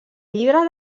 llibre